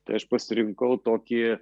tai aš pasirinkau tokį